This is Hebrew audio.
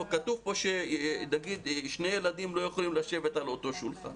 כתוב כאן ששני ילדים לא יכולים לשבת ליד אותו שולחן